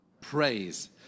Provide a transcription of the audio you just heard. praise